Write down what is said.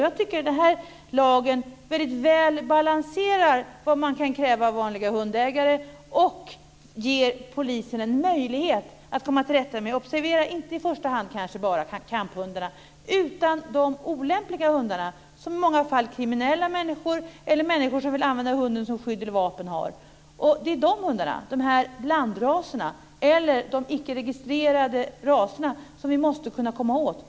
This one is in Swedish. Jag tycker att denna lag väldigt väl balanserar vad man kan kräva av vanliga hundägare och ger polisen en möjlighet att komma till rätta med inte i första hand kamphundarna utan med de olämpliga hundarna, som i många fall kriminella människor eller människor som vill använda hunden som skydd eller vapen har. Det är de hundarna - blandraserna eller de icke registrerade raserna - som vi måste kunna komma åt.